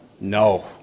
No